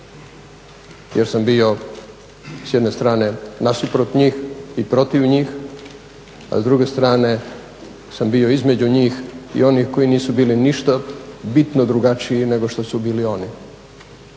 jer sam bio s jedne strane nasuprot njih i protiv njih, a s druge strane sam bio između njih i onih koji nisu bili ništa bitno drugačiji nego što su bili oni